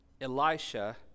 Elisha